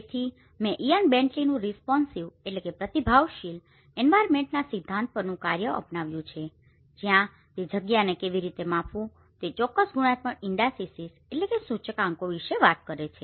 તેથી મેં ઇયાન બેન્ટલીનું રેસ્પોન્સીવ responsiveપ્રતિભાવશીલ એન્વાયરમેન્ટના સિદ્ધાંત પરનું કાર્ય અપનાવ્યું છે જ્યાં તે જગ્યાને કેવી રીતે માપવું તે ચોક્કસ ગુણાત્મક ઈંડાઈસીસindicesસૂચકાંકો વિશે વાત કરે છે